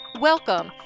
Welcome